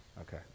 Okay